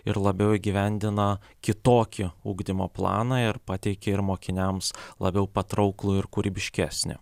ir labiau įgyvendina kitokį ugdymo planą ir pateikia ir mokiniams labiau patrauklų ir kūrybiškesnį